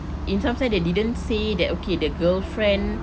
in some sense they didn't say that okay the girlfriend